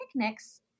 picnics